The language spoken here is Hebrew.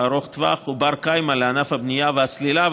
ארוך טווח ובר-קיימא לענף הבנייה והסלילה,